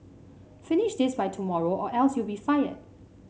finish this by tomorrow or else you'll be fired